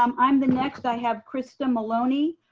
um i am the next. i have krista maloney.